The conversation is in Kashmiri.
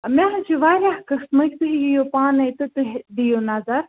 مےٚ حظ چھِ واریاہ قٕسمٕکۍ تُہۍ یِیِو پانَے تہٕ تُہۍ دِیِو نَظر